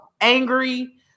angry